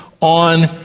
on